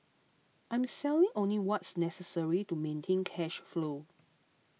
I'm selling only what's necessary to maintain cash flow